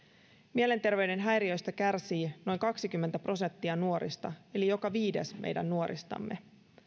mielenterveyden häiriöistä kärsii noin kaksikymmentä prosenttia nuorista eli joka viides meidän nuoristamme